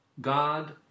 God